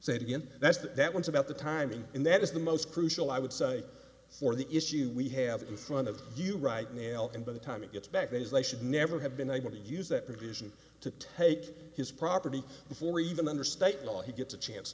said again that's that that one's about the timing and that is the most crucial i would say for the issue we have in front of you right now and by the time it gets back there is they should never have been able to use that provision to take his property before even under state law he gets a chance